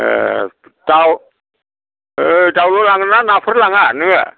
ए दाउ दाउल' ओ लाङोना नाफोर लाङा नोङो